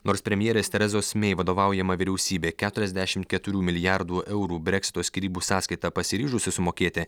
nors premjerės terezos mei vadovaujama vyriausybė keturiasdešimt keturių milijardų eurų breksito skyrybų sąskaitą pasiryžusi sumokėti